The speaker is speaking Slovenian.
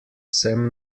sem